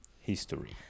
history